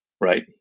right